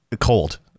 cold